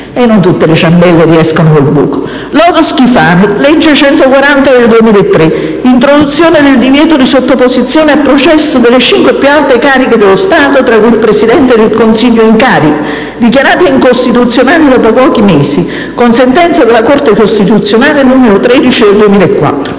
non ottenne, però, i risultati sperati). • "Lodo Schifani" (legge n. 140 del 2003): introduzione del divieto di sottoposizione a processo delle cinque più alte cariche dello Stato tra le quali il Presidente del Consiglio in carica, dichiarata incostituzionale dopo pochi mesi, con sentenza della Corte costituzionale n. 13 del 2004.